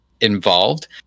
involved